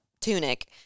tunic